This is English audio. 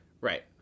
Right